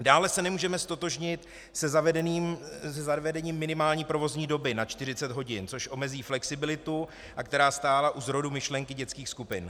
Dále se nemůžeme ztotožnit se zavedením minimální provozní doby na čtyřicet hodin, což omezí flexibilitu, která stála u zrodu myšlenky dětských skupin.